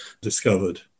discovered